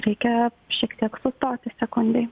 reikia šiek tiek sustoti sekundei